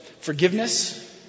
Forgiveness